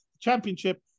Championship